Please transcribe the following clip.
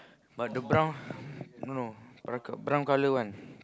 but the brown no parka brown color one